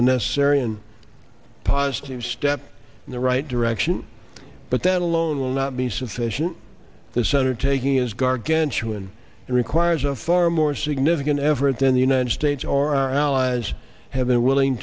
a necessary and positive step in the right direction but that alone will not be sufficient the center taking is gargantuan and requires a far more significant effort than the united states or our allies have been willing